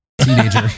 teenager